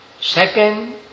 Second